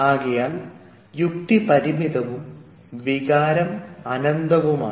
ആകയാൽ യുക്തി പരിമിതവും വികാരം അനന്തവുമാണ്